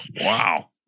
Wow